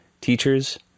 teachers